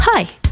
Hi